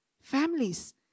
families